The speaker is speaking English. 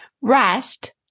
rest